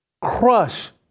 crush